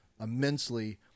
immensely